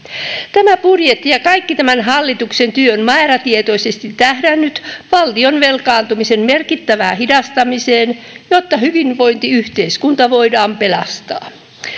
tämä budjetti ja kaikki tämän hallituksen työ on määrätietoisesti tähdännyt valtion velkaantumisen merkittävään hidastamiseen jotta hyvinvointiyhteiskunta voidaan pelastaa